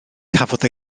cafodd